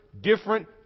different